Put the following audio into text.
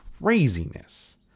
craziness